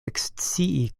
ekscii